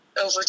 over